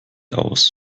aus